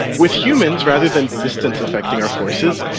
with humans, rather than distance affecting our forces,